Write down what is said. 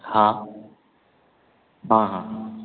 ହଁ ହଁ ହଁ